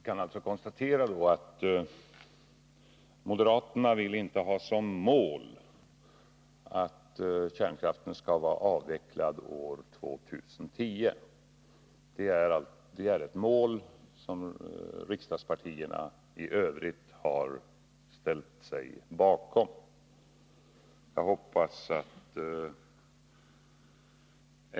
Fru talman! Jag kan alltså konstatera att moderaterna inte vill ha som mål att kärnkraften skall vara avvecklad år 2010. Det är ett mål som riksdagspartierna i övrigt har ställt sig bakom.